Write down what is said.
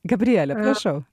gabriele prašau